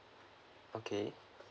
okay